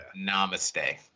Namaste